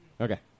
Okay